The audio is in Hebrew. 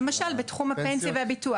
למשל, בתחום הפנסיה והביטוח.